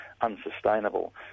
unsustainable